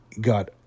got